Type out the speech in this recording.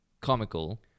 comical